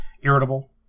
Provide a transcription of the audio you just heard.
irritable